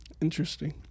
Interesting